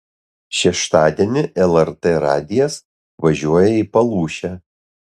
šeštadienį lrt radijas važiuoja į palūšę